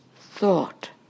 thought